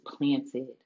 planted